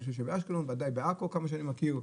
בוודאי בעכו כמו שאני מכיר,